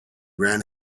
ran